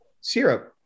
Syrup